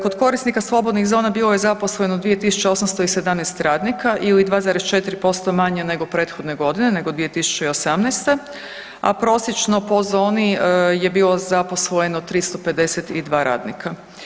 Kod korisnika slobodnih zona bilo je zaposleno 2.817 radnika ili 2,4% manje nego prethodne godine, nego 2018., a prosječno po zoni je bilo zaposleno 352 radnika.